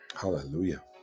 Hallelujah